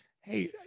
hey